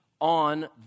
on